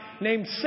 named